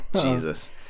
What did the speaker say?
Jesus